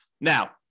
Now